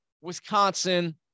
Wisconsin